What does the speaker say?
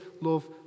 love